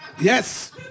Yes